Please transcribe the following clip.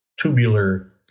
tubular